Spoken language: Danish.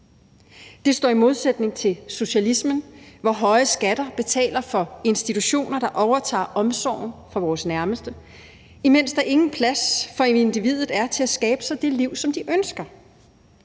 Det står i modsætning til socialismen, hvor høje skatter betaler for institutioner, der overtager omsorgen for vores nærmeste, mens der ikke er nogen plads for individet til at skabe sig det liv, som man ønsker.